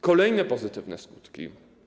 Kolejne pozytywne skutki.